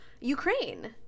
Ukraine